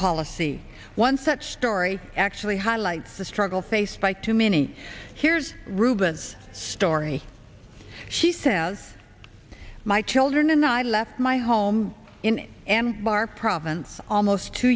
policy one such story actually highlights the struggle faced by too many here's ruben's story she says my children and i left my home in anbar province almost two